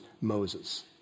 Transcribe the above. Moses